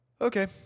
Okay